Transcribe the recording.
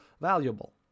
valuable